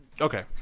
Okay